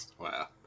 Wow